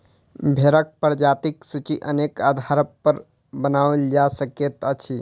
भेंड़क प्रजातिक सूची अनेक आधारपर बनाओल जा सकैत अछि